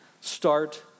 start